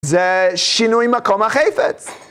זה שינוי מקום החפץ.